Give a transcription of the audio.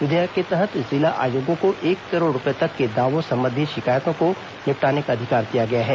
विधेयक के तहत जिला आयोगों को एक करोड रुपये तक के दावों संबंधी शिकायतों को निपटाने का अधिकार दिया गया है